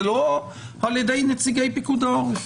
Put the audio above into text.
זה לא על ידי נציגי פיקוד העורף.